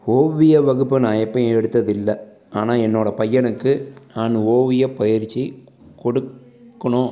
ஓவிய வகுப்பை நான் எப்போயும் எடுத்தது இல்லை ஆனால் என்னோடய பையனுக்கு நான் ஓவிய பயிற்சி கொடுக்கணும்